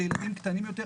ואצל ילדים קטנים יותר,